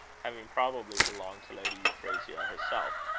having probably belonged to lady euphrasia herself.